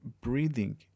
breathing